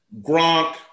Gronk